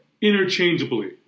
interchangeably